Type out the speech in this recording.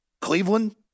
Cleveland